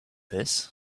this